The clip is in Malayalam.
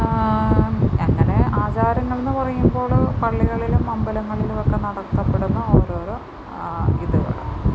അങ്ങനെ ആചാരങ്ങൾ എന്ന് പറയുമ്പോൾ പള്ളികളിലും അമ്പലങ്ങളിലുമൊക്കെ നടത്തപ്പെടുന്ന ഓരോരോ ഇതുകൾ